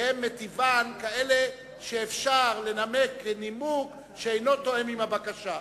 הן מטיבן כאלה שאפשר לנמק בהן נימוק שאינו תואם את הבקשה.